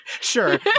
sure